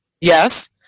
Yes